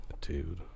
Dude